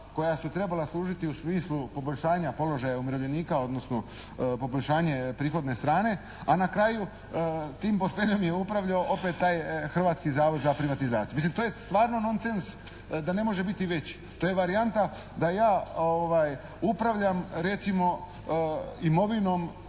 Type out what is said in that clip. koja su trebala služiti u smislu poboljšanja položaja umirovljenika, odnosno poboljšanje prihodne strane, a na kraju tim portfeljom je upravljao opet taj Hrvatski zavod za privatizaciju. Mislim to je stvarno noncens da ne može biti veći. To je varijanta da ja upravljam recimo imovinom